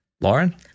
Lauren